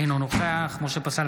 אינו נוכח משה פסל,